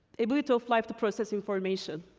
ability of life to process information,